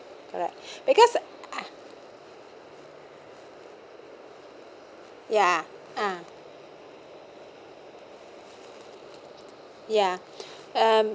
alright because ya uh ya um